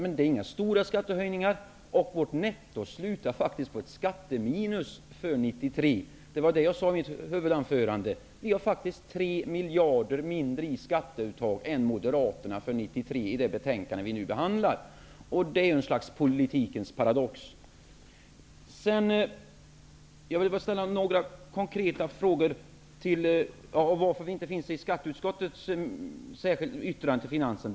Men det är inga stora skattehöjningar. Vårt netto slutar faktiskt på ett skatteminus för 1993. Jag sade det i mitt huvudanförande. Vi föreslår faktiskt 3 miljarder kronor mindre i skatteuttag än Moderaterna för 1993 i det betänkande som vi nu behandlar. Det är ett slags politikens paradox. Vidare var det frågan om varför Vänsterpartiet inte har någon meningsyttring i skatteutskottets yttrande till finansutskottet.